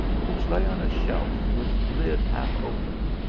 which lay on. shelf with lid half open,